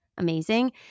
Amazing